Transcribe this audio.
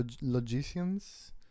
logicians